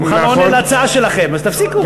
הוא בכלל לא עונה על ההצעה שלכם, אז תפסיקו.